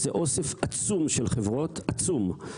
זה אוסף עצום של חברות, עצום.